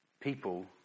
people